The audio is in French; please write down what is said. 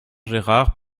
gérard